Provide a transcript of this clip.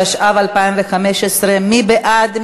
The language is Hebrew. התשע"ו 2015. מי בעד?